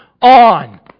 on